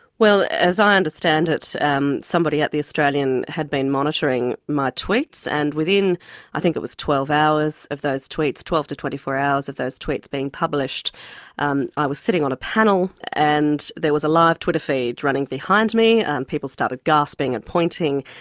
well, as i understand it um somebody at the australian had been monitoring my tweets, and within i think it was twelve hours of those tweets, twelve to twenty four hours of those tweets being published i was sitting on a panel, and there was a live twitter feed running behind me, and people started gasping and pointing,